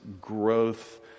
growth